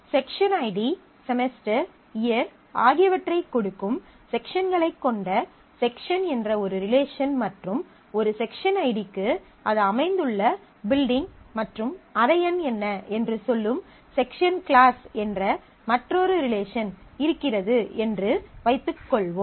section ID semester year ஆகியவற்றைக் கொடுக்கும் செக்ஷன்களை கொண்ட செக்ஷன் என்ற ஒரு ரிலேசன் மற்றும் ஒரு செக்ஷன் ஐடிக்கு அது அமைந்துள்ள பில்டிங் மற்றும் அறை எண் என்ன என்று சொல்லும் செக்ஷன் கிளாஸ் என்ற மற்றொரு ரிலேசன் இருக்கிறது என்று வைத்துக்கொள்வோம்